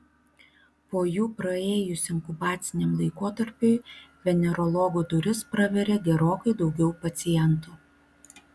po jų praėjus inkubaciniam laikotarpiui venerologų duris praveria gerokai daugiau pacientų